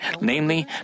namely